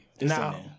Now